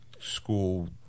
school